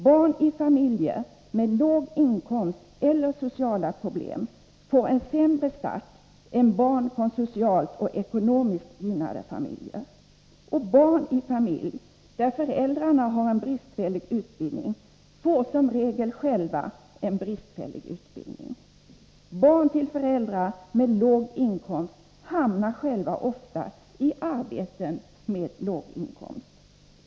Barnen i familjer med låg inkomst eller sociala problem får en sämre start än barn från socialt och ekonomiskt gynnade familjer. Barn i familjer där föräldrarna har en bristfällig utbildning får som regel själva en bristfällig utbildning. Barn till föräldrar med låg inkomst hamnar ofta själva i arbeten med låg inkomst.